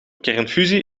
kernfusie